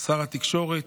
שר התקשורת,